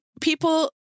people